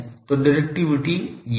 तो डिरेक्टिविटी ये है